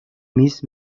miss